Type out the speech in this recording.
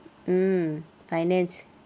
mm finance